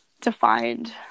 defined